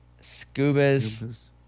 Scuba's